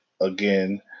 again